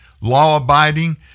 law-abiding